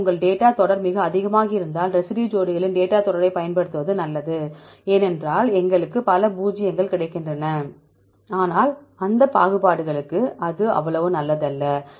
எனவே உங்கள் டேட்டா தொடர் மிக அதிகமாக இருந்தால் ரெசிடியூ ஜோடிகளின் டேட்டா தொடரைப் பயன்படுத்துவது நல்லது ஏனென்றால் எங்களுக்கு பல பூஜ்ஜியங்கள் கிடைக்கின்றன ஆனால் அந்த பாகுபாடுகளுக்கு இது அவ்வளவு நல்லதல்ல